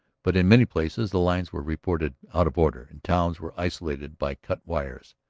but in many places the lines were reported out of order and towns were isolated by cut wires.